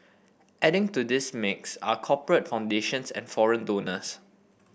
adding to this mix are corporate foundations and foreign donors